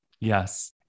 Yes